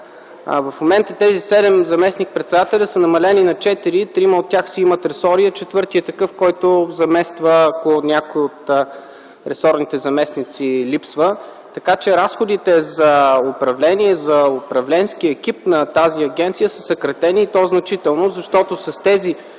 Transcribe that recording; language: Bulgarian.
В момента тези седем заместник-председателя са намалени на четири и трима от тях си имат ресори, а четвъртият е такъв, който замества, ако някой от ресорните заместници липсва. Така че разходите за управление, за управленски екип на тази агенция са съкратени и то значително. Защото с тези